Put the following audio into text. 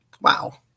Wow